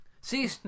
See